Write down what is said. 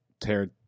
tear